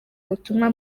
butumwa